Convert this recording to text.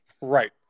Right